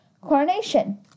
coronation